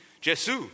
Jesus